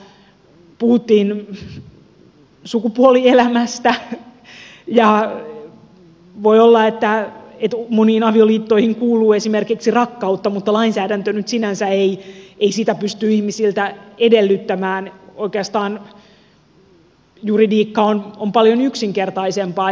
täällä puhuttiin sukupuolielämästä ja voi olla että moniin avioliittoihin kuuluu esimerkiksi rakkautta mutta lainsäädäntö nyt sinänsä ei sitä pysty ihmisiltä edellyttämään oikeastaan juridiikka on paljon yksinkertaisempaa